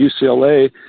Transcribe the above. UCLA